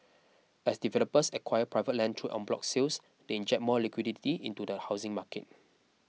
as developers acquire private land through En bloc sales they inject more liquidity into the housing market